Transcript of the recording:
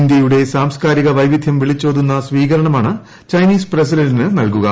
ഇന്ത്യയുടെ സാംസ്കാരിക വൈവിധ്യം വിളിച്ചോരുന്ന സ്വീകരണമാണ് ചൈനീസ് പ്രസിഡന്റിന് നൽകുക